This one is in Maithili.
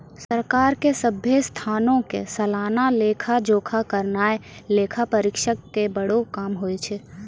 सरकार के सभ्भे संस्थानो के सलाना लेखा जोखा करनाय लेखा परीक्षक के बड़ो काम होय छै